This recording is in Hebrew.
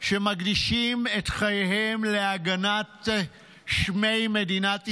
שמקדישים את חייהם להגנת שמי מדינת ישראל,